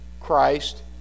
Christ